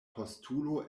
postulo